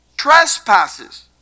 trespasses